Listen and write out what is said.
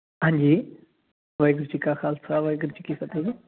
ਹਾਂਜੀ ਵਾਹਿਗੁਰੂ ਜੀ ਕਾ ਖਾਲਸਾ ਵਾਹਿਗੁਰੂ ਜੀ ਕੀ ਫਤਿਹ